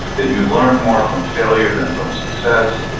that you learn more from failure than from success.